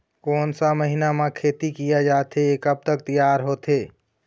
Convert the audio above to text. कोन सा महीना मा खेती किया जाथे ये कब तक तियार होथे?